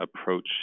approach